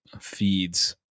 feeds